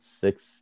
six